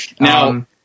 Now